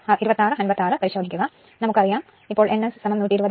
ഇപ്പോൾ നമുക്ക് അറിയാം n S120 fP എന്ന്